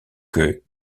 que